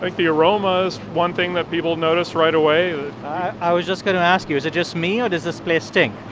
like the aroma is one thing that people notice right away i was just going to ask you is it just me, or does this place stink?